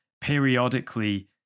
periodically